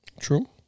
True